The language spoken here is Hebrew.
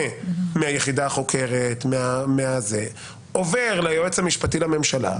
מהיחידה החוקרת ועובר ליועץ המשפטי לממשלה,